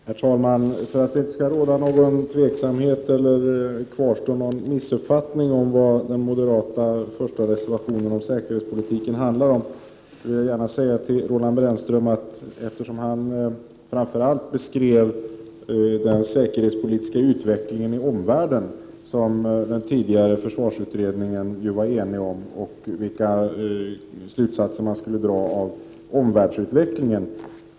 Herr talman! För att det inte skall råda något tvivel eller kvarstå någon missuppfattning om vad den moderata reservationen nr 1 angående säkerhetspolitiken handlar om vill jag gärna säga följande. Roland Brännström beskrev framför allt den säkerhetspolitiska utvecklingen i omvärlden. Det är riktigt som Roland Brännström säger att den tidigare försvarsutredningen var enig om vilka slutsatser man skulle dra av omvärldsutvecklingen.